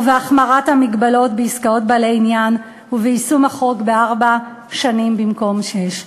בהחמרת המגבלות בעסקאות בעלי עניין וביישום החוק בארבע שנים במקום בשש.